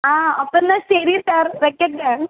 ആ അപ്പം എന്നാൽ ശരി സാർ വയ്ക്കട്ടേ